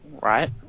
right